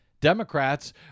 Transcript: Democrats